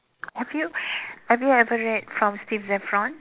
have you have you ever read from Steve Zaffron